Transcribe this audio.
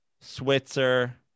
Switzer